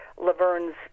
Laverne's